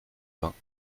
vingts